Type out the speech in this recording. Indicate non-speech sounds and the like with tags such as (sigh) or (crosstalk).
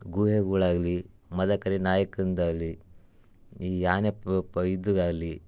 ಗುಹೆಗಳಾಗ್ಲಿ ಮದಕರಿ ನಾಯಕರಿಂದಾಗ್ಲಿ (unintelligible) ಇದು ಆಗ್ಲಿ